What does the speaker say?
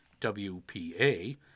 WPA